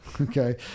Okay